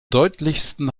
deutlichsten